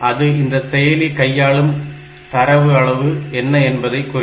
அது இந்த செயலி கையாளும் தரவு அளவு என்ன என்பதை குறிக்கும்